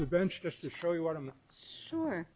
the bench just to show you what i'm sure